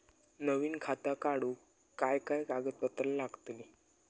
नवीन खाता काढूक काय काय कागदपत्रा लागतली?